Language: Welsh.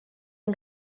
yng